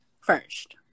first